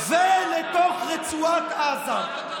ולתוך רצועת עזה.